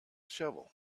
shovel